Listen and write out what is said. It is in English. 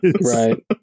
Right